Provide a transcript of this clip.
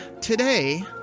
Today